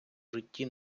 житті